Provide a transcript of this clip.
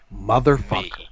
motherfucker